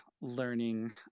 learning